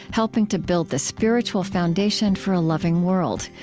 helping to build the spiritual foundation for a loving world.